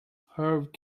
herb